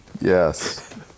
yes